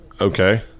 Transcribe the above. okay